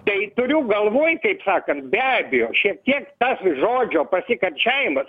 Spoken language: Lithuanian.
tai turiu galvoj kaip sakant be abejo šiek tiek tas žodžio pasikarščiavimas